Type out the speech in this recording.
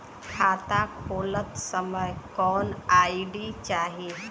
खाता खोलत समय कौन आई.डी चाही?